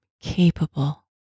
capable